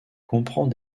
comprend